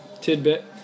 Tidbit